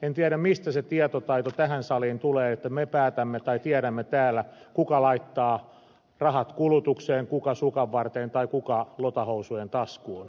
en tiedä mistä se tietotaito tähän saliin tulee että me päätämme tai tiedämme täällä kuka laittaa rahat kulutukseen kuka sukanvarteen tai kuka lotahousujen taskuun